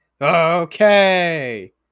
Okay